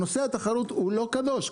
נושא התחרות הוא לא קדוש,